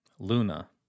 Luna